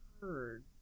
heard